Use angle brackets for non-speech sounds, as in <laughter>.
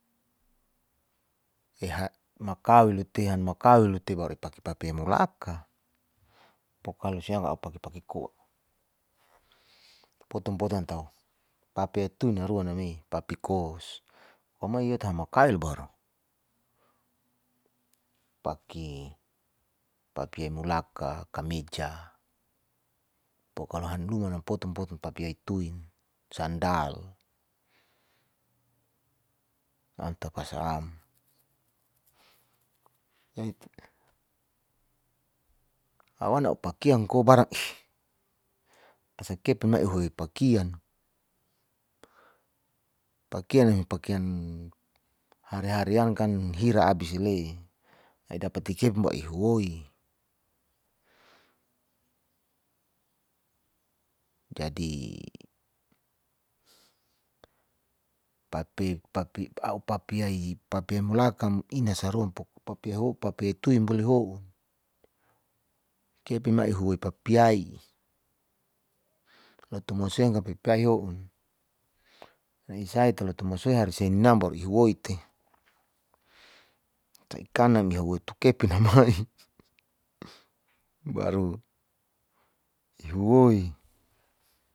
<noise> eha makau lutehan makau lute ipaki paki pape mulaka, pokalo sing a'u pake koa, poton poton tau ppi tuan haruan name paki kos wamai yata maha kail baru paki papie mulaka, kameja pokalo han lama napoton poton pake papi haituin sadal anta kasa'am <hesitation> a'u wana paking koa barang iih, asa kepin mai uhuwoi pakian, pakian neme pkian haria haria kan hira abis ile'e ai dapati kepin ba'u ihiwoi <hesitation> jadi a'u papi yayi papi imulakam ina saruam papi yaho papai hituin boli ho'un, kepin mai uhuwoi papi yayi luto moseng papi yayi houn nai sai te lotu masohi hari sininam baru ihiwoi'te teikana mihauwoi tu kepin hawai <laughs> baru ihuwoi.